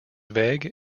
vague